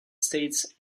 states